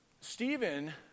Stephen